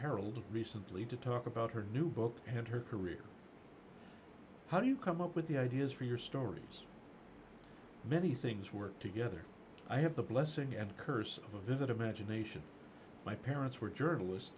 harold recently to talk about her new book and her career how do you come up with the ideas for your stories many things work together i have the blessing and curse of a vivid imagination my parents were journalist